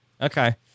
Okay